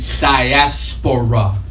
diaspora